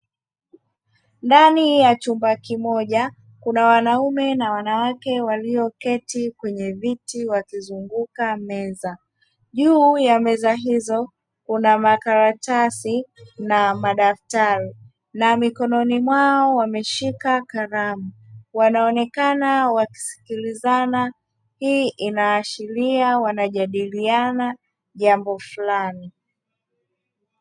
Ndani ya chumba kimoja kuna wanaume na wanawake walioketi kwenye viti wakizunguka meza juu ya meza hizo kuna makaratasi na madaftari na mikononi mwao, wameshika kalamu wanaonekana wakisikilizana. Hii inaashiria wanajadiliana jambo fulani.